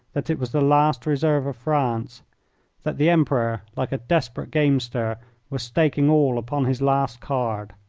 that it was the last reserve of france that the emperor, like a desperate gamester, was staking all upon his last card?